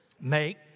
Make